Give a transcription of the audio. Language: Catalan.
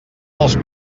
dels